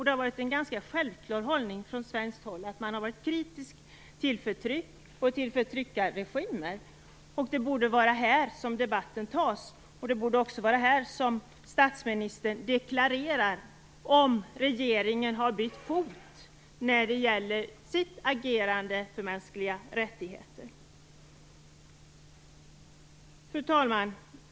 Det har varit en ganska självklar hållning från svenskt håll att man har varit kritisk mot förtryck och mot förtryckarregimer. Det borde vara här debatten tas, och det borde också vara här som statsministern deklarerar om regeringen har bytt fot när det gäller sitt agerande i fråga om mänskliga rättigheter. Fru talman!